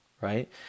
right